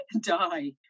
die